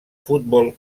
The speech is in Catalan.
futbol